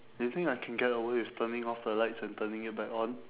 you think I can get away with turning off the lights and turning it back on